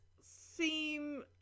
seem